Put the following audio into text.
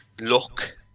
look